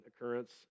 occurrence